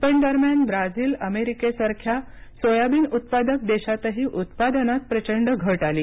पण दरम्यान ब्राझील अमेरिकेसारख्या सोयाबीन उत्पादक देशातही उत्पादनात प्रचंड घट आली